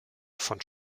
von